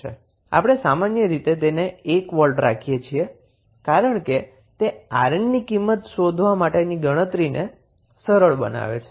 આપણે સામાન્ય રીતે તેને 1 વોલ્ટ રાખીએ છીએ કારણ કે તે 𝑅𝑁 ની કિંમત શોધવા માટેની ગણતરીને સરળ બનાવે છે